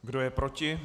Kdo je proti?